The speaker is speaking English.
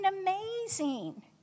amazing